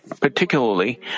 Particularly